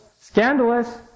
Scandalous